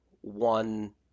one